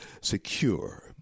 secure